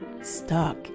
stuck